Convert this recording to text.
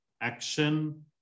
action